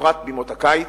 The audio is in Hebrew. ובפרט בימות הקיץ,